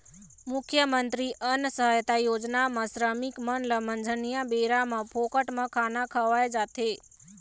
मुख्यमंतरी अन्न सहायता योजना म श्रमिक मन ल मंझनिया बेरा म फोकट म खाना खवाए जाथे